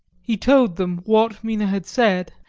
he told them what mina had said,